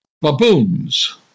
Baboons